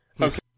Okay